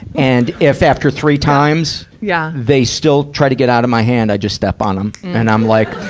and, if after three times, yeah they still try to get out of my hand, i just step on them. and i'm like,